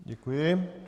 Děkuji.